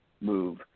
move